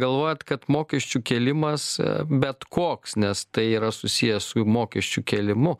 galvojat kad mokesčių kėlimas bet koks nes tai yra susiję su mokesčių kėlimu